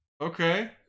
Okay